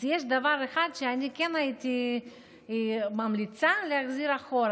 אז יש דבר אחד שכן הייתי ממליצה להחזיר אחורה.